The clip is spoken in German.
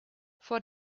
vor